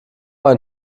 ein